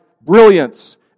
brilliance